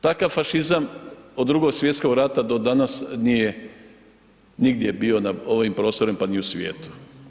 Takav fašizam od Drugog svjetskog rata do danas nije nigdje bio na ovim prostorima pa ni u svijetu.